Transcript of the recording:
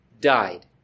died